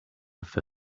for